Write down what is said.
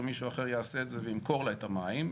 מישהו אחר יעשה את זה וימכור לה את המים,